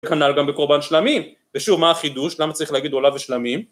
כנראה גם בקורבן שלמים, ושוב מה החידוש? למה צריך להגיד עולה ושלמים?